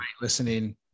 listening